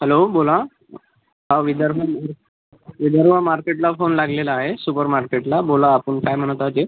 hello बोला हां विदर्भ विदर्भ मार्केटला फोन लागलेला आहे सुपर मार्केटला बोला आपण काय म्हणत आहा जी